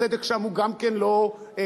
הצדק שם הוא גם כן לא שחור-לבן.